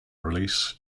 release